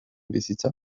bizitza